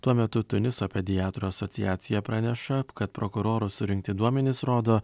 tuo metu tuniso pediatrų asociacija praneša kad prokurorų surinkti duomenys rodo